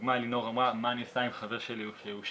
לדוגמה אלינור אמרה 'מה אני עושה עם חבר שלי כשהוא שיכור'